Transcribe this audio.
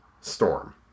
Storm